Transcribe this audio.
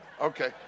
okay